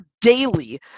daily